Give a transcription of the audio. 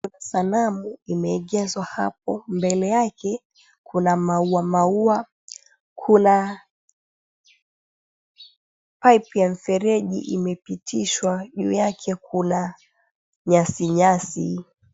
Kuna sanamu imeegezwa hapo mbele yake kuna maua maua. Kuna pipe ya mfereji imepitishwa juu yake kuna nyasi nyasi.